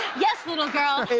yes, little girl.